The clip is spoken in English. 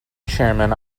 chairman